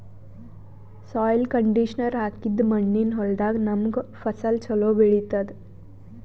soil conditioner ಹಾಕಿದ್ದ್ ಮಣ್ಣಿನ್ ಹೊಲದಾಗ್ ನಮ್ಗ್ ಫಸಲ್ ಛಲೋ ಬೆಳಿತದ್